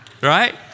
Right